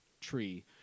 tree